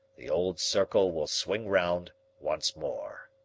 the old circle will swing round once more.